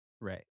right